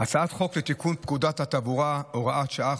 הצעת חוק לתיקון פקודת התעבורה (הוראת שעה,